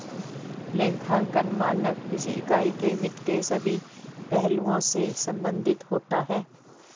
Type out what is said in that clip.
लेखांकन मानक किसी इकाई के वित्त के सभी पहलुओं से संबंधित होता है